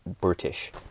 British